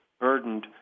burdened